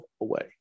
away